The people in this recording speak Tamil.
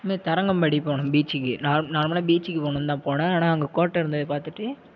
அதுமாதிரி தரங்கம்பாடி போனோம் பீச்சுக்கு நார்மலா பீச்சுக்கு போணும்னு தான் போனேன் ஆனால் அங்கே கோட்டை இருந்ததை பார்த்துட்டு